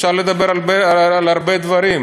אפשר לדבר על הרבה דברים,